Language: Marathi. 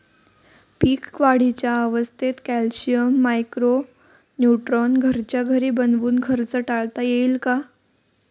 पीक वाढीच्या अवस्थेत कॅल्शियम, मायक्रो न्यूट्रॉन घरच्या घरी बनवून खर्च टाळता येईल का?